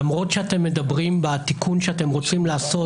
למרות שאתם מדברים בתיקון שאתם רוצים לעשות